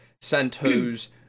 Santo's